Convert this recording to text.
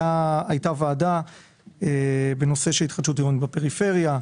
הייתה ועדה בנושא של התחדשות עירונית בפריפריה,